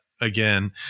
Again